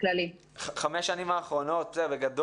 בגדול אני לא תופס אותך במילה בחמש השנים האחרונות אנחנו בגידול,